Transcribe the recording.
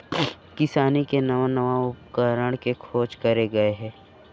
किसानी के नवा नवा उपकरन के खोज करे गए हे